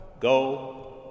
Go